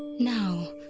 now.